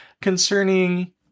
concerning